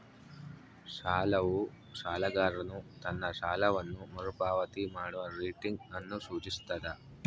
ಸಾಲವು ಸಾಲಗಾರನು ತನ್ನ ಸಾಲವನ್ನು ಮರುಪಾವತಿ ಮಾಡುವ ರೇಟಿಂಗ್ ಅನ್ನು ಸೂಚಿಸ್ತದ